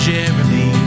Jeremy